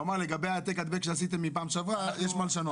הוא אמר לגבי ה-"העתק הדבק" שעשיתם מהפעם שעברה יש מה לשנות.